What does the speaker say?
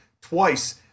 twice